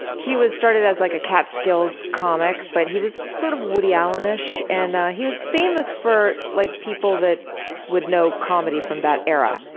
he started as like a catskills comic but he was sort of woody allen-ish and he was famous for like people that would know comedy from that era.